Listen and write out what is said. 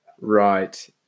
Right